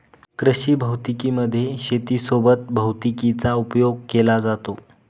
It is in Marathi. कृषी भौतिकी मध्ये शेती सोबत भैतिकीचा उपयोग केला जातो